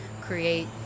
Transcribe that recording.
create